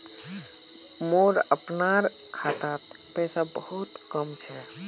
मोर अपनार खातात पैसा बहुत कम छ